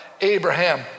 Abraham